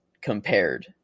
compared